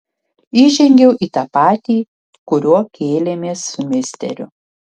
įžengiau į tą patį kuriuo kėlėmės su misteriu